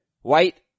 White